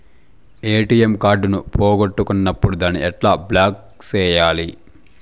ATM card పోగొట్టుకున్నప్పుడు దాన్ని ఎట్లా బ్లాక్ సేయాలి